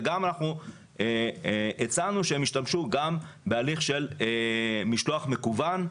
וגם הצענו שהן ישתמשו בהליך של משלוח מקוון,